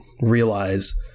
realize